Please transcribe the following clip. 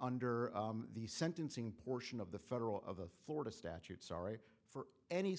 under the sentencing portion of the federal of the florida statute sorry for any